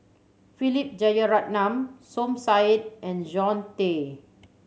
Philip Jeyaretnam Som Said and John Tay